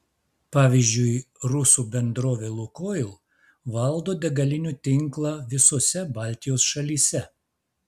pavyzdžiui rusų bendrovė lukoil valdo degalinių tinklą visose baltijos šalyse